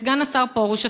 סגן השר פרוש,